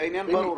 העניין ברור.